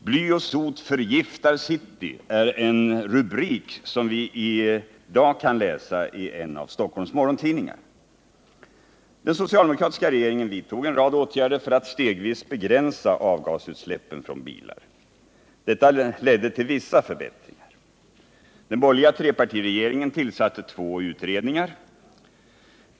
”Bly och sot förgiftar City” är en rubrik som vi i dag kan läsa i en av Stockholms morgontidningar. Den socialdemokratiska regeringen vidtog en rad åtgärder för att stegvis begränsa avgasutsläppen från bilar. Detta ledde till vissa förbättringar. Den borgerliga trepartiregeringen tillsatte två utredningar.